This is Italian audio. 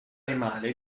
animale